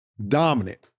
Dominant